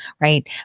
Right